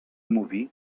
mówi